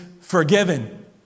forgiven